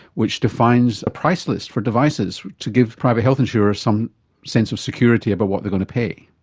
which defines a price list for devices to give private health insurers some sense of security about what they're going to pay.